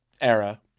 era